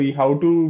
how-to